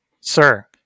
Sir